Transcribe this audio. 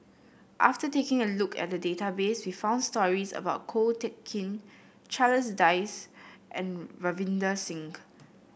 after taking a look at the database we found stories about Ko Teck Kin Charles Dyce and Ravinder Singh